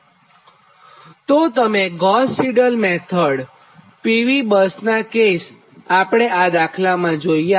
જ્યારે તમે Gauss Seidel method PV બસનાં કેસ આપણે દાખલામાં જોઇએ